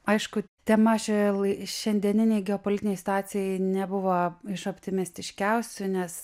aišku tema šioje lai šiandieninėj geopolitinėj situacijoj nebuvo iš optimistiškiausių nes